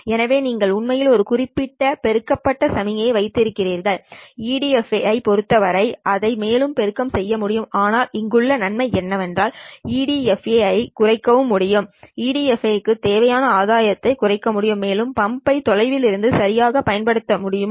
எனவே நீங்கள் உண்மையில் ஒரு குறிப்பிட்ட பெருக்கப்பட்ட சமிக்ஞையை வைத்திருக்கிறீர்கள் EDFA ஐப் பொறுத்தவரை அதை மேலும் பெருக்கம் செய்ய முடியும் ஆனால் இங்குள்ள நன்மை என்னவென்றால் EDFA ஐக் குறைக்க முடியும் EDFA க்குத் தேவையான ஆதாயத்தை குறைக்க முடியும் மேலும் பம்ப் ஐ தொலைவிலிருந்து சரியாகப் பயன்படுத்த முடியுமா